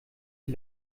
sie